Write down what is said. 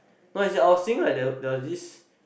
no it is I will singing like that there were this